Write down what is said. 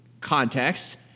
context